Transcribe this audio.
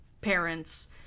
parents